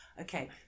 Okay